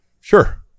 Sure